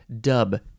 Dub